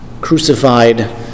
crucified